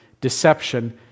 deception